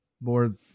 more